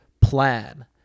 plan